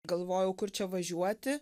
galvojau kur čia važiuoti